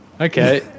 Okay